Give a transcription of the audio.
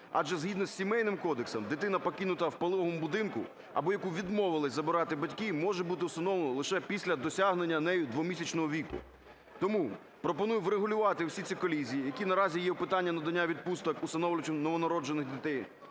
адже згідно із Сімейним кодексом, дитина, покинута в пологовому будинку або яку відмовилися забирати батьки, може бути усиновлена лише після досягнення нею двомісячного віку. Тому пропоную врегулювати усі ці колізії, які наразі є в питанні надання відпусток усиновлювачам новонароджених дітей,